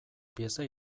pieza